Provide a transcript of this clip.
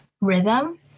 rhythm